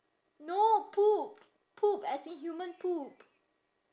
no poop poop as in human poop